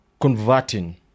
converting